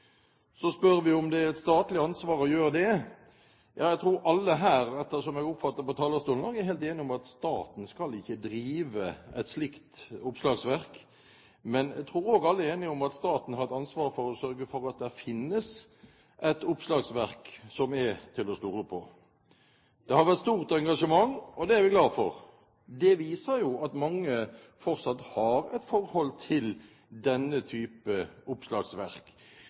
Så spør vi om det er et statlig ansvar å gjøre det. Jeg tror alle her på talerstolen, slik jeg oppfatter det, er helt enige om at staten ikke skal drive et slikt oppslagsverk. Men jeg tror alle også er enige om at staten har et ansvar for å sørge for at det finnes et oppslagsverk som er til å stole på. Det har vært stort engasjement, og det er vi glad for. Det viser jo at mange fortsatt har et forhold til denne type oppslagsverk.